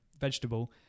vegetable